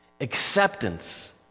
Acceptance